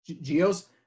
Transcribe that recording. Geo's